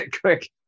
quick